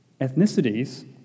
ethnicities